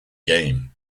game